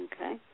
Okay